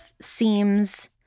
seems